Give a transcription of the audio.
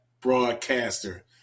broadcaster